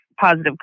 positive